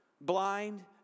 Blind